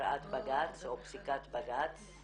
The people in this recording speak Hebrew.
פסיקת בג"צ?